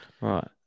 Right